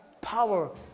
power